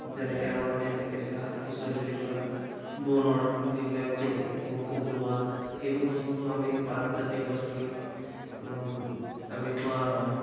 যেনেকে আমাৰ মেইনলি কেঁচা শাক পাচলি বুলি ক'লে বনত যিবিলাক ওলোৱা সেইবোৰ বস্তু আমি পাত জাতীয় বস্তু আমি খোৱা হয়